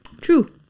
True